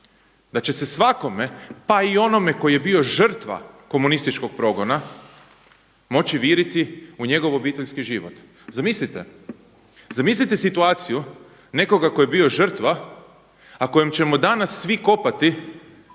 Da će se svakome pa i onome koji je bio žrtva komunističkog progona moći viriti u njegov obiteljski život. Zamislite, zamislite situaciju nekoga tko je bio žrtva a kojem ćemo danas svi kopati